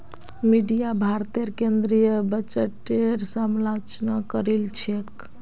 media भारतेर केंद्रीय बजटेर समालोचना करील छेक